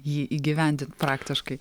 jį įgyvendint praktiškai